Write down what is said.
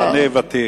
אני ותיק,